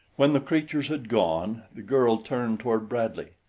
when the creatures had gone, the girl turned toward bradley.